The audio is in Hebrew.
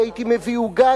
כי הייתי מביא עוגה,